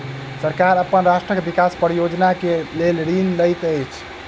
सरकार अपन राष्ट्रक विकास परियोजना के लेल ऋण लैत अछि